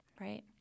Right